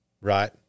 Right